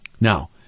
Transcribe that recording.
Now